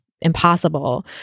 impossible